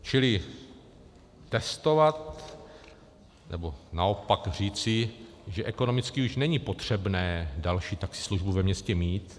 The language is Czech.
Čili testovat nebo naopak říci, že ekonomicky už není potřebné další taxislužbu ve městě mít.